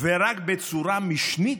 ורק בצורה משנית,